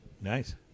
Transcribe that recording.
Nice